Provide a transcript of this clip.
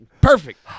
Perfect